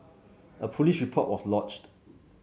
a police report was lodged